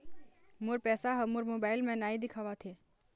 मोर पैसा ह मोर मोबाइल में नाई दिखावथे